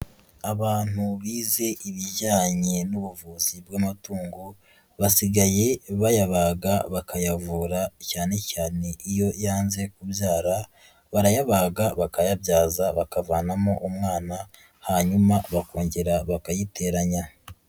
Abantu bize ibijyanye n'ubuvuzi bw'amatungo, basigaye bayabaga bakayavura cyane cyane iyo yanze kubyara, barayabaga bakayabyaza bakavanamo umwana hanyuma bakongera bakayiteranya.